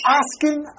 asking